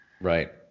Right